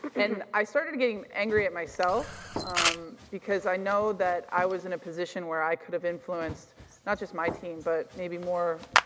i started getting angry at myself because i know that i was in a position where i could have influenced not just my team but maybe more,